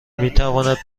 میتواند